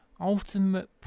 Ultimate